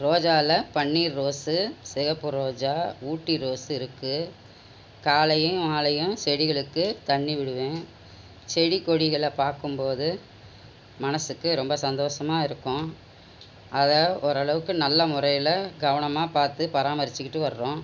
ரோஜாவில் பன்னீர் ரோஸ் சிவப்பு ரோஜா ஊட்டி ரோஸ் இருக்குது காலையும் மாலையும் செடிகளுக்கு தண்ணீர் விடுவேன் செடி கொடிகளை பார்க்கும்போது மனதுக்கு ரொம்ப சந்தோஷமா இருக்கும் அதை ஒரு அளவுக்கு நல்ல முறையில் கவனமாக பார்த்து பராமரிச்சுட்டு வரோம்